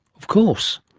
of course.